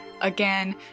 Again